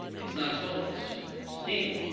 it's not smoke. it's steam.